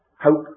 hope